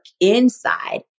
inside